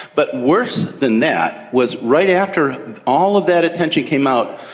but worse than that was right after all of that attention came out,